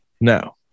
No